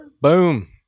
Boom